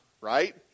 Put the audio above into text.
right